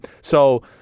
So-